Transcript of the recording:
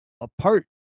apart